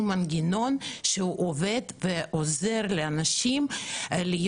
איזשהו מנגנון שעובד ועוזר לאנשים להיות